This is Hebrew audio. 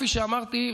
כפי שאמרתי,